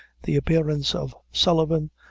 the appearance of sullivan,